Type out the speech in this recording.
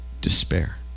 despair